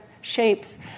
shapes